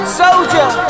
soldier